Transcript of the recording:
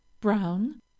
brown